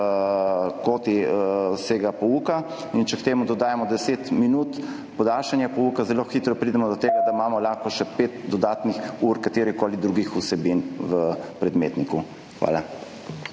kvoti vsega pouka in če k temu dodamo 10 minut podaljšanja pouka, zelo hitro pridemo do tega, da imamo lahko še pet dodatnih ur katerihkoli drugih vsebin v predmetniku. Hvala.